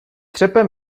třepe